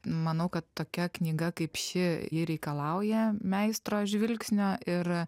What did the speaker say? manau kad tokia knyga kaip ši ji reikalauja meistro žvilgsnio ir